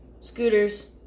Scooters